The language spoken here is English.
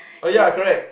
oh ya correct